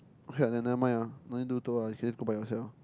okay ah never mind ah no need do tour lah you can just go by yourself